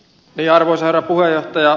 arvoisa herra puheenjohtaja